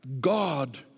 God